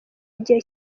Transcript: igihe